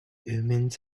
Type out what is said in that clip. omens